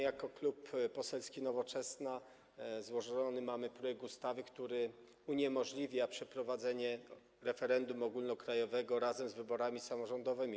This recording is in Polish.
Jako Klub Poselski Nowoczesna złożyliśmy projekt ustawy, który uniemożliwia przeprowadzanie referendum ogólnokrajowego razem z wyborami samorządowymi.